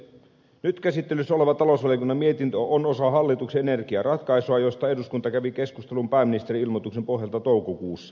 nyt käsittelyssä oleva talousvaliokunnan mietintö on osa hallituksen energiaratkaisua josta eduskunta kävi keskustelun pääministerin ilmoituksen pohjalta toukokuussa